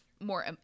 more